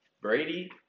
Brady